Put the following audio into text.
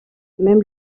même